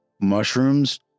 mushrooms